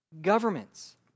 governments